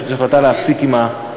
יש החלטה להפסיק לחלק את המסכות.